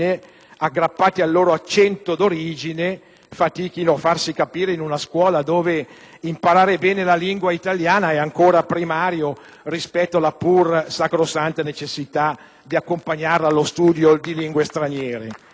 aggrappati al loro accento d'origine faticano a farsi capire in una scuola dove imparare bene la lingua italiana è ancora primario rispetto alla pur sacrosanta necessità di studiare anche le lingue straniere.